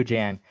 Jan